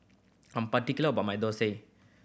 I'm particular about my thosai